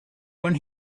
when